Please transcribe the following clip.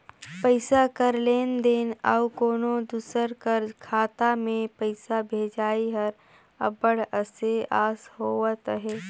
पइसा कर लेन देन अउ कोनो दूसर कर खाता में पइसा भेजई हर अब्बड़ असे अस होवत अहे